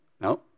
no